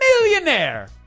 millionaire